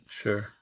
sure